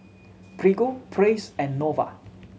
Prego Praise and Nova